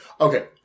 okay